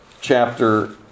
chapter